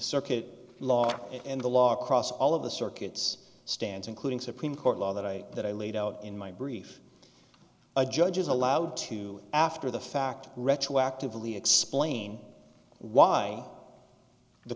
circuit law and the law across all of the circuits stands including supreme court law that i that i laid out in my brief a judge is allowed to after the fact retroactively explain why the